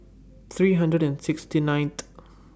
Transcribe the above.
three hundred and sixty ninth